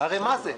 הרי מה זה?